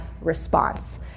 response